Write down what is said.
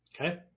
Okay